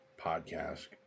podcast